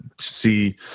see